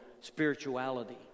spirituality